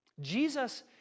Jesus